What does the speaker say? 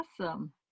Awesome